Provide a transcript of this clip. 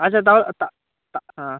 আচ্ছা তা তা তা হ্যাঁ